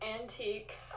antique